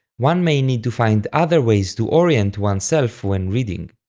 one may need to find other ways to orient oneself when reading.